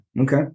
Okay